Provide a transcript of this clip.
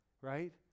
right